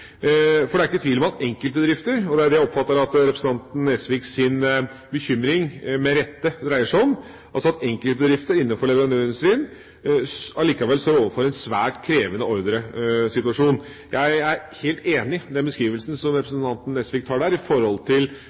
er ikke tvil om at enkeltbedrifter innenfor leverandørindustrien – og det er det jeg oppfatter at representanten Nesviks bekymring, med rette, dreier seg om – likevel står overfor en svært krevende ordresituasjon. Jeg er helt enig i den beskrivelsen som representanten Nesvik har der,